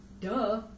duh